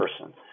person